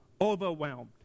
Overwhelmed